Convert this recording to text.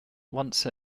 once